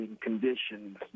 conditions